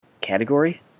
category